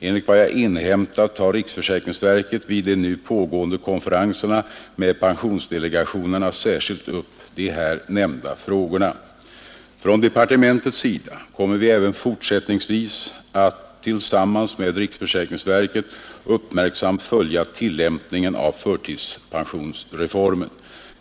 Enligt vad jag inhämtat tar riksförsäkringsverket vid de nu pågående konferenserna med pensionsdelegationerna särskilt upp de här nämnda frågorna. Från departementets sida kommer vi även fortsättningsvis att tillsammans med riksförsäkringsverket uppmärksamt följa tillämpningen av förtidspensionsreformen.